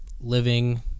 living